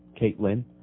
Caitlin